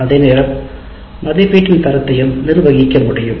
அதேநேரம் மதிப்பீட்டின் தரத்தையும் நிர்வகிக்க முடியும்